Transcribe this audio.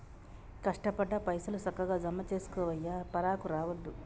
కష్టపడ్డ పైసలు, సక్కగ జమజేసుకోవయ్యా, పరాకు రావద్దు